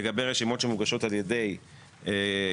לגבי רשימות שמוגשות על ידי גופים,